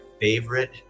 favorite